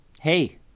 Hey